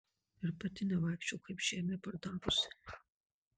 ir pati nevaikščiok kaip žemę pardavusi